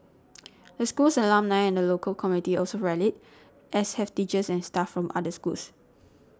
the school's alumni and the local community have also rallied as have teachers and staff from other schools